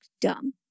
dumb